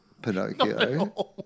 Pinocchio